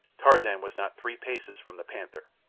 tarzan was not three paces from the panther.